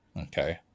Okay